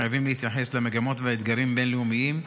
חייבים להתייחס למגמות ולאתגרים בין-לאומיים,